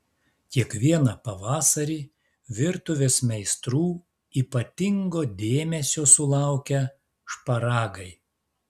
kiekvieną pavasarį virtuvės meistrų ypatingo dėmesio sulaukia šparagai